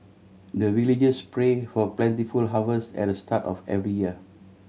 the villagers pray for plentiful harvest at the start of every year